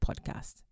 podcast